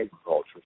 agriculture